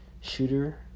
Shooter